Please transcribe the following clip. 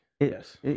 Yes